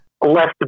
Left